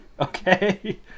Okay